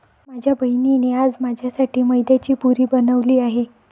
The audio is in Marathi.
माझ्या बहिणीने आज माझ्यासाठी मैद्याची पुरी बनवली आहे